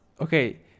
okay